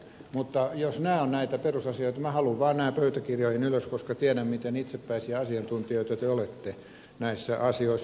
mutta nämä ovat näitä perusasioita minä haluan nämä vaan pöytäkirjoihin ylös koska tiedän miten itsepäisiä asiantuntijoita te olette näissä asioissa